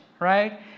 right